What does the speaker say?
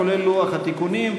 כולל לוח התיקונים.